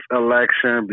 election